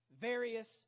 various